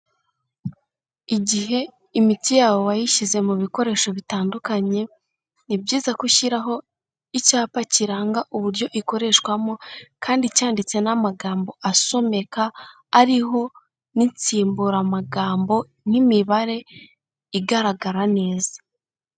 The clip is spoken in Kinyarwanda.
Igihe imiti yawe wayishyize mu bikoresho bitandukanye, ni byiza gushyiraho icyapa kiranga uburyo ikoreshwamo kandi cyanditse n'amagambo asomeka ariho n'insimburamagambo nk'imibare igaragara neza.